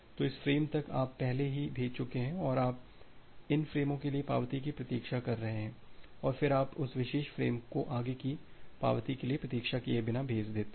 तो इस फ़्रेम तक आप पहले ही भेज चुके हैं और आप इन फ़्रेमों के लिए पावती की प्रतीक्षा कर रहे हैं और फिर आप इस विशेष फ़्रेम को आगे की पावती की प्रतीक्षा किए बिना भेज सकते हैं